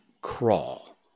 crawl